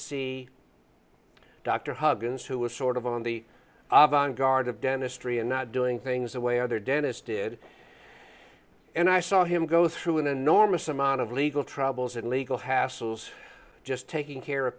a doctor huggins who was sort of on the vanguard of dentistry and not doing things the way other dentist did and i saw him go through an enormous amount of legal troubles and legal hassles just taking care of